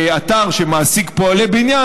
באתר שמעסיק פועלי בניין,